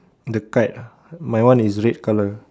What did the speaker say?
the kite ah my one is red colour